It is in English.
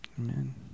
Amen